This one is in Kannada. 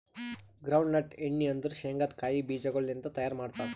ಗ್ರೌಂಡ್ ನಟ್ ಎಣ್ಣಿ ಅಂದುರ್ ಶೇಂಗದ್ ಕಾಯಿ ಬೀಜಗೊಳ್ ಲಿಂತ್ ತೈಯಾರ್ ಮಾಡ್ತಾರ್